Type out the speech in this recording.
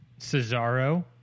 Cesaro